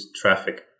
traffic